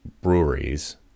breweries